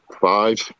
five